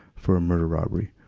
for a murder-robbery.